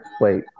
Wait